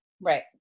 Right